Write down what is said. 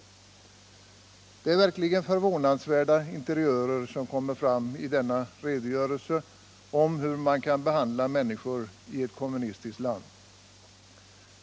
Det är verkligen förvånansvärda interiörer som kommer fram i denna redogörelse om hur man kan behandla människor i ett kommunistiskt land.